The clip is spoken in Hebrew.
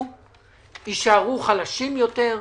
יישארו חלשים יותר,